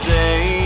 day